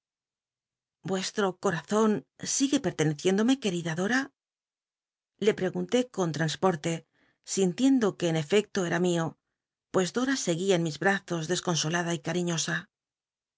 vuestto corazon sigue petteneciéndome querida dora le ptegunté con transpotte sintiendo que en efecto em mio pues dora seguía en mis bl'azos desconsolada y cariñosa